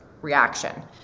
reaction